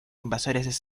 invasores